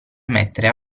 mettere